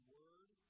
word